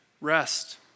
rest